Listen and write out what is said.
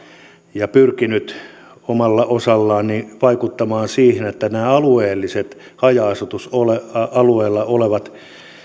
ja pyrkinyt omalla osallaan vaikuttamaan siihen että nämä alueelliset haja asutusalueella olevat